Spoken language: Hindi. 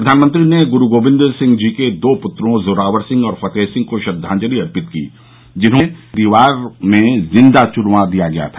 प्रधानमंत्री ने गुरु गोबिंद सिंह जी के दो पूत्रों जोरावर सिंह और फतेहसिंह को श्रद्वांजलि अर्पित की जिन्हें दीवार में जिंदा चुनवा दिया गया था